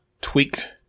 tweaked